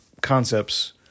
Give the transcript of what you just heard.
concepts